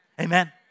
Amen